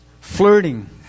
flirting